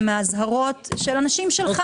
מהאזהרות של האנשים שלך,